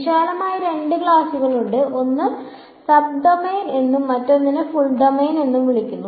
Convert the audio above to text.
വിശാലമായി രണ്ട് ക്ലാസുകളുണ്ട് ഒന്നിനെ സബ് ഡൊമെയ്ൻ എന്നും മറ്റൊന്നിനെ ഫുൾ ഡൊമെയ്ൻ എന്നും വിളിക്കുന്നു